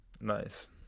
Nice